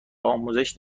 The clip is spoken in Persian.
آموزش